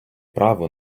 право